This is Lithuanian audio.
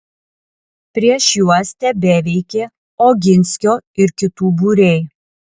prieš juos tebeveikė oginskio ir kitų būriai